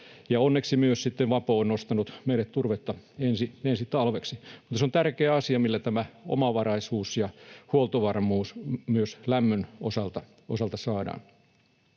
onneksi myös sitten Vapo on nostanut meille turvetta ensi talveksi. Se on tärkeä asia, millä omavaraisuus ja huoltovarmuus myös lämmön osalta saadaan.